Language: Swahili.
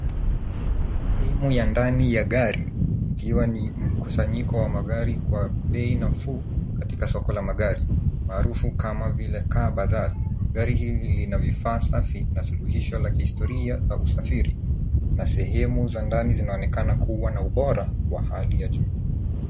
Sehemu ya ndani ya gari ikiwa ni mkusanyiko wa magari kwa bei nafuu katika soko la magari, maarufu kama vile Car Bazaar . Gari hili lina vifaa safi na suluhisho la kihistoria la usafiri na sehemu za ndani zinaonekana kuwa na ubora wa hali ya juu.